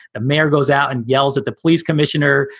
the mayor goes out and yells at the police commissioner.